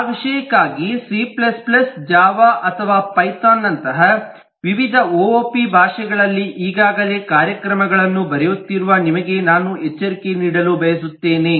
ಆ ವಿಷಯಕ್ಕಾಗಿ C C Java ಅಥವಾ ಪೈಥಾನ್ ನಂತಹ ವಿವಿಧ ಒಒಪಿ ಭಾಷೆಗಳಲ್ಲಿ ಈಗಾಗಲೇ ಕಾರ್ಯಕ್ರಮಗಳನ್ನು ಬರೆಯುತ್ತಿರುವ ನಿಮಗೆ ನಾನು ಎಚ್ಚರಿಕೆ ನೀಡಲು ಬಯಸುತ್ತೇನೆ